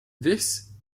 this